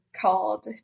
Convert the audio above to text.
called